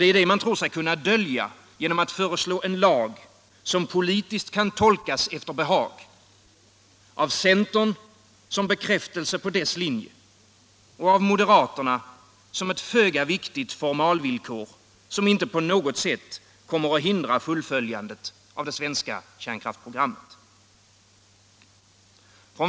Det är det man tror sig kunna dölja genom att föreslå en lag som politiskt kan tolkas efter behag: av centern som bekräftelse på dess linje, av moderaterna som ett föga viktigt formalvillkor, som inte på något sätt kommer att hindra fullföljandet av det svenska kärnkraftsprogrammet.